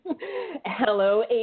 Hello